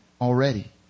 already